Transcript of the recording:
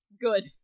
Good